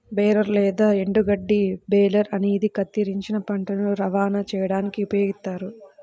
baler లేదా ఎండుగడ్డి baler అనేది కత్తిరించిన పంటను రవాణా చేయడానికి ఉపయోగిస్తారు